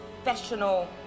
professional